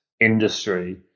industry